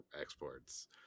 exports